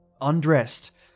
undressed